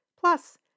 Plus